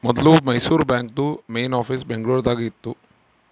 ಮೊದ್ಲು ಮೈಸೂರು ಬಾಂಕ್ದು main office Bengaluru ದಾಗ ಇತ್ತು